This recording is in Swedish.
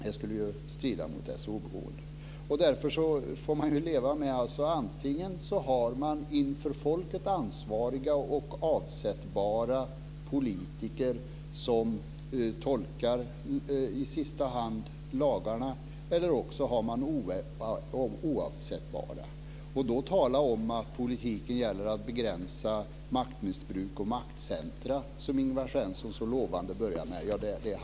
Det skulle ju strida mot deras oberoende. Därför får man leva med att man antingen har inför folket ansvariga och avsättbara politiker som i sista hand tolkar lagarna eller också har man oavsättbara. Att då tala om att det i politiken gäller att begränsa maktmissbruk och maktcentrum, som Ingvar Svensson så lovande börjar med, haltar något.